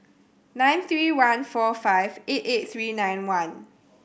nine three one four five eight eight three nine one